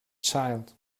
child